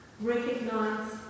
Recognize